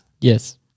Yes